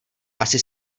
asi